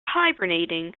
hibernating